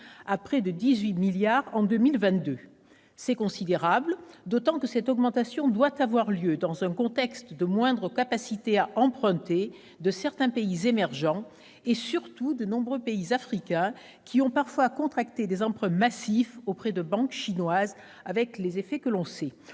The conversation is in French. à près de 18 milliards d'euros en 2022. C'est considérable, d'autant que cette augmentation doit avoir lieu dans un contexte de moindre capacité à emprunter de certains pays émergents et, surtout, de nombreux pays africains, qui ont parfois contracté des emprunts massifs auprès de banques chinoises, avec les effets que l'on sait.